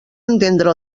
entendre